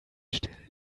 still